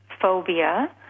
phobia